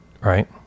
right